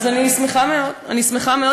אז אני שמחה מאוד,